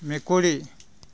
মেকুৰী